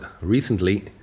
recently